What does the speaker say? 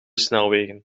snelwegen